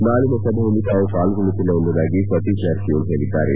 ನಾಳಿನ ಸಭೆಯಲ್ಲಿ ತಾವು ಪಾಲ್ಗೊಳ್ಳುತ್ತಿಲ್ಲ ಎಂಬುದಾಗಿ ಸತೀಶ ಜಾರಕಿಹೊಳಿ ಹೇಳದರು